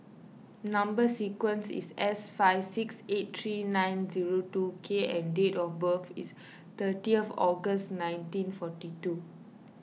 Number Sequence is S five six eight three nine zero two K and date of birth is thirty August nineteen forty two